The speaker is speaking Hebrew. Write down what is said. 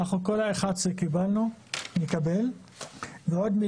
אנחנו קיבלנו את כל ה-11,